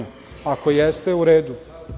Ako jeste, u redu.